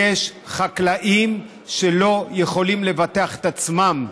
יש חקלאים שלא יכולים לבטח את עצמם,